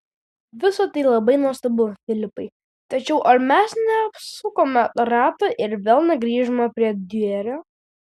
visa tai labai nuostabu filipai tačiau ar mes neapsukome rato ir vėl negrįžome prie diurerio